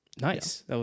nice